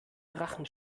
drachen